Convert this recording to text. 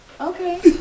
Okay